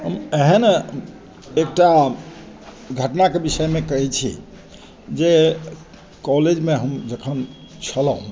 हम एहन एकटा घटनाके विषयमे कहै छी जे कॉलेजमे हम जखन छलहुँ